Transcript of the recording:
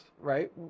right